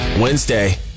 Wednesday